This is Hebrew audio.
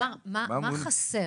תמר, מה חסר?